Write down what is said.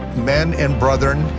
men and brethren,